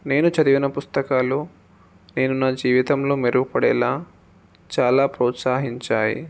నేను చదివిన పుస్తకాలు నేను నా జీవితంలో మెరుగుపడేలా చాలా ప్రోత్సహించాయి